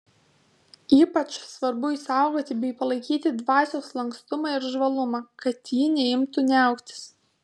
ypač svarbu išsaugoti bei palaikyti dvasios lankstumą ir žvalumą kad ji neimtų niauktis